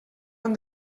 han